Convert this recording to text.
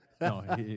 No